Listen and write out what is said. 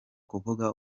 kuvuga